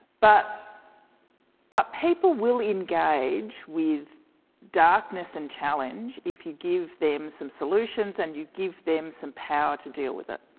but but people will engage with darkness and challenge if you give them some solutions and you give them some power to deal with it.